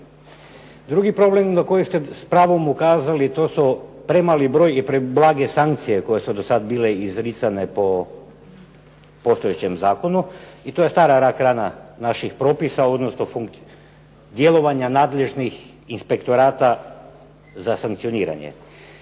Drugi problem na koji ste s pravom ukazali to su premali broj i preblage sankcije koje su do sad bile izricane po postojećem zakonu i to je stara rak rana naših propisa odnosno djelovanja nadležnih inspektorata za sankcioniranje.